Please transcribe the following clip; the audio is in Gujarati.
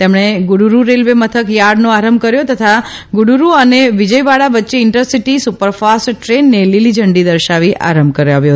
તેમણે ગુડરૂ રેલવે મથકે યાર્ડનો આરંભ કર્યોતથા ગુડરૂ અને વિજયવાડા વચ્ચે ઈન્ટરસીટી સુપરફાસ્ટ દ્રેનને લીલીઝંડી દર્શાવી આરંભ કરાવ્યો